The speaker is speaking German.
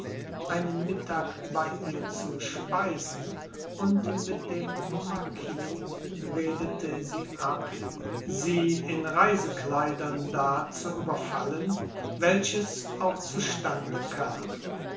einen mittag bei ihr zu speisen und mit dem marquis redete sie ab sie in reisekleidern da zu überfallen welches ach zustande kam